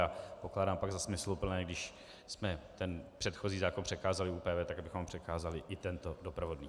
A pokládám pak za smysluplné, když jsme ten předchozí zákon přikázali ÚPV, tak abychom přikázali i tento doprovodný.